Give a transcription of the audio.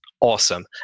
awesome